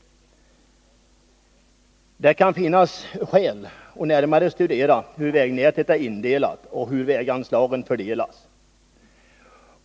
Det kan finnas skäl att närmare studera hur vägnätet är indelat och hur väganslaget fördelas.